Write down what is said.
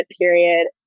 period